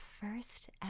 first